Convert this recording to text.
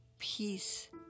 peace